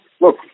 Look